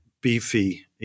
beefy